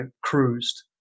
cruised